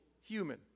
human